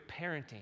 parenting